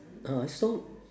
uh so